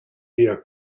eher